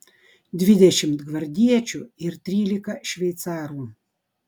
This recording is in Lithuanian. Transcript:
dvidešimt gvardiečių ir trylika šveicarų